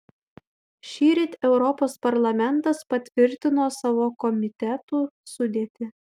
šįryt europos parlamentas patvirtino savo komitetų sudėtį